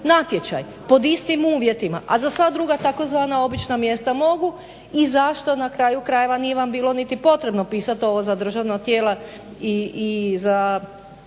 natječaj pod istim uvjetima, a za sva druga tzv. obična mjesta mogu. I zašto na kraju krajeva nije vam bilo niti potrebno pisat ovo za državna tijela i za